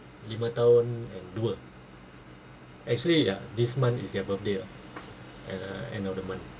lima tahun and dua actually ya this month is their birthday ah uh end of the month